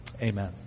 Amen